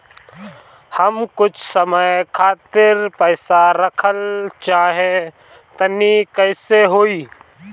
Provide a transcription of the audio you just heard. हम कुछ समय खातिर पईसा रखल चाह तानि कइसे होई?